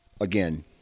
again